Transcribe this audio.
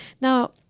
now